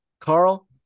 carl